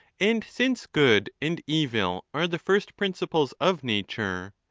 and since good and evil are the first principles of nature,